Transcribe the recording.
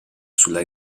sulla